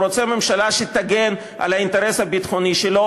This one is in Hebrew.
הוא רוצה ממשלה שתגן על האינטרס הביטחוני שלו,